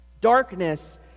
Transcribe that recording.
Darkness